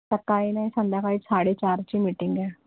सकाळी नाही संध्याकाळी साडेचारची मीटिंग आहे